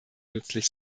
nützlich